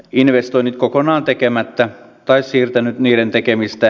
investoinnit kokonaan tekemättä tai siirtänyt niiden tekemistä